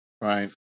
right